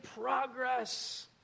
progress